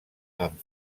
amb